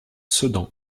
sedan